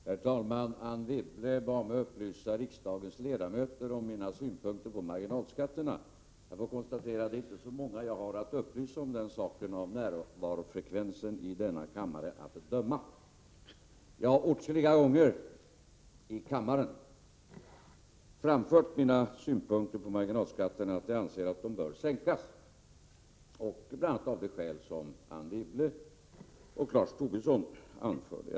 Herr talman! Anne Wibble bad mig upplysa riksdagens ledamöter om mina synpunkter på marginalskatterna. Av närvarofrekvensen i denna kammare att döma är det inte så många jag har att upplysa om denna sak. Jag har åtskilliga gånger i kammaren framfört mina synpunkter på marginalskatterna. Jag anser att de bör sänkas, bl.a. av de skäl som Anne Wibble och Lars Tobisson anförde.